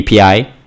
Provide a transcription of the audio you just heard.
API